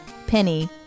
Penny